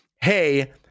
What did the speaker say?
hey